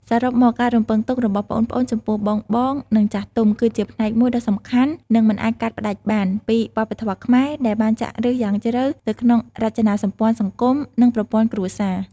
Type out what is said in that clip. សរុបមក ការរំពឹងទុករបស់ប្អូនៗចំពោះបងៗ និងចាស់ទុំ គឺជា ផ្នែកមួយដ៏សំខាន់ និងមិនអាចកាត់ផ្ដាច់បាន ពីវប្បធម៌ខ្មែរ ដែលបានចាក់ឫសយ៉ាងជ្រៅទៅក្នុងរចនាសម្ព័ន្ធសង្គម និងប្រព័ន្ធគ្រួសារ។